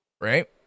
Right